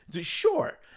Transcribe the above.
Sure